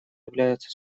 являются